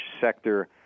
sector